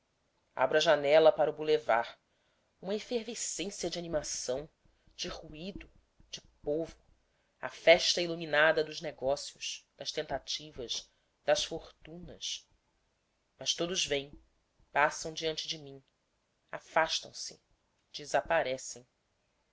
abro a janela para o bulevar uma efervescência de animação de ruído de povo a festa iluminada dos negócios das tentativas das fortunas mas todos vêm passam diante de mim afastam se desaparecem